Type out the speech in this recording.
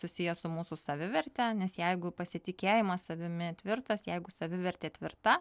susiję su mūsų saviverte nes jeigu pasitikėjimas savimi tvirtas jeigu savivertė tvirta